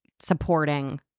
supporting